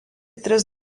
tris